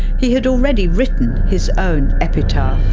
he had already written his own epitaph.